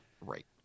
Right